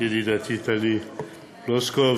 ידידתי טלי פלוסקוב.